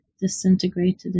disintegrated